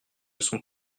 sont